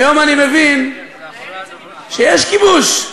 היום אני מבין שיש כיבוש,